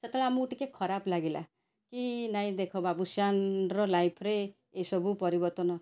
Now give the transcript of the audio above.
ସେତେବେଳେ ଆମକୁ ଟିକେ ଖରାପ ଲାଗିଲା କି ନାହିଁ ଦେଖ ବାବୁଶାନର ଲାଇଫ୍ରେ ଏ ସବୁ ପରିବର୍ତ୍ତନ